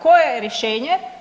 Koje je rješenje?